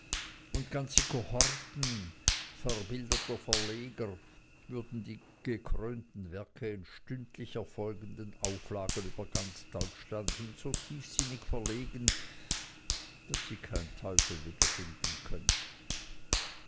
und ganze kohorten verbildeter verleger würden die gekrönten werke in stündlich erfolgenden auflagen über ganz deutschland hin so tiefsinnig verlegen daß sie kein teufel wiederholen könnte